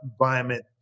environment